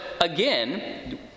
again